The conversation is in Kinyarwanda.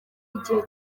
igihe